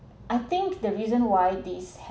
I think the reason why this